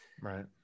right